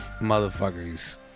motherfuckers